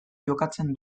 jokatzen